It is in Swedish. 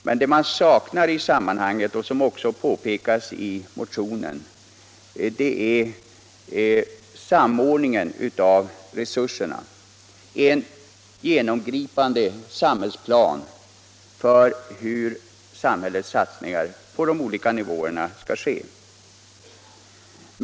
Men vad som saknas i sammanhanget — och det har påpekats i motionen — är en samordning av resurserna, en genomgripande plan för hur samhällets satsning på de olika nivåerna skall ske.